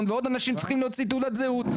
ועוד אנשים שצריכים להוציא תעודת זהות.